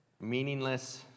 meaningless